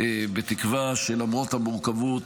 בתקווה שלמרות המורכבות,